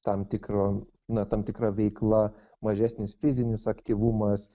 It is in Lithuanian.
tam tikro na tam tikra veikla mažesnis fizinis aktyvumas